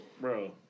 bro